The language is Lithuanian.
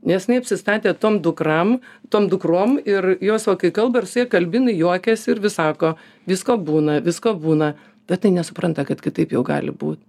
nes jinai apsistatė tom dukram tom dukrom ir jos va kai kalba ir su ja kalbi jinai juokiasi ir vis sako visko būna visko būna bet tai nesupranta kad kitaip jau gali būt